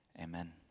amen